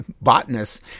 botanists